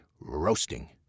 roasting